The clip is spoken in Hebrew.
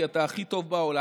כי אתה הכי טוב בעולם,